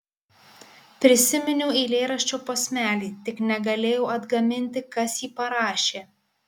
prisiminiau eilėraščio posmelį tik negalėjau atgaminti kas jį parašė